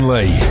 Lee